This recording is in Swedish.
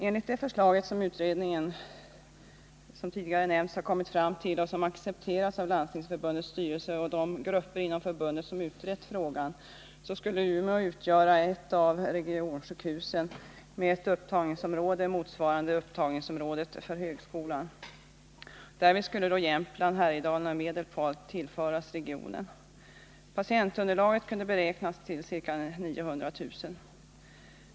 Enligt ett förslag som utredningen har kommit fram till och som accepterats av Landstingsförbundets styrelse och de grupper inom förbundet som utrett frågan skulle sjukhuset i Umeå utgöra ett av regionsjukhusen med ett upptagningsområde, motsvarande upptagningsområdet för högskolan. Därvid skulle då Jämtland, Härjedalen och Medelpad tillföras regionen. Patientunderlaget kunde beräknas till ca 900 000.